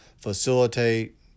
facilitate